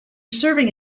serving